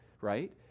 right